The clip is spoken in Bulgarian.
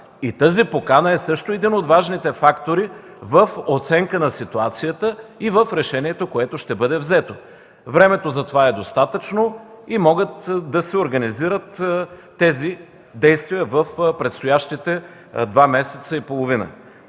Тази покана е също един от важните фактори в оценка на ситуацията и в решението, което ще бъде взето. Времето за това е достатъчно и тези действия могат да се организират в предстоящите два месеца и половина.